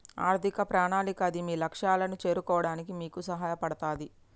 ఆర్థిక ప్రణాళిక అది మీ లక్ష్యాలను చేరుకోవడానికి మీకు సహాయపడతది